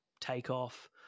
takeoff